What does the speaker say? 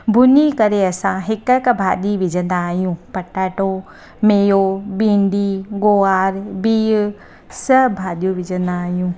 भुञी करे असां हिकु हिकु भाॼी विझंदा आहियूं पटाटो मेयो भिडी गोहार बीह सभु भाॼियूं विझंदा आहियूं